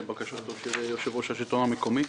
לבקשתו של יושב ראש השלטון המקומי.